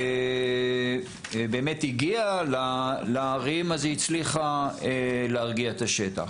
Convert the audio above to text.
באמת הגיעה לערים אז היא הצליחה להרגיע את השטח.